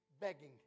begging